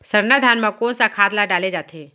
सरना धान म कोन सा खाद ला डाले जाथे?